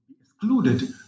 excluded